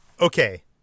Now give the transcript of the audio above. Okay